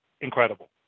incredible